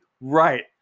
right